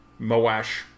Moash